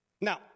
Now